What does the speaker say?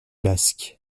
basque